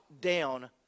down